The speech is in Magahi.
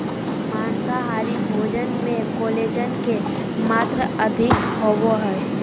माँसाहारी भोजन मे कोलेजन के मात्र अधिक होवो हय